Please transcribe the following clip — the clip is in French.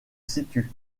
situe